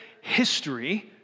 history